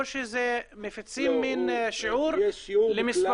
או שמפיצים מין שיעור למספר --- יש שיעור מסוים